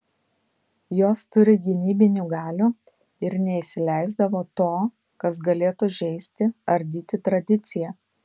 jos turi gynybinių galių ir neįsileisdavo to kas galėtų žeisti ardyti tradiciją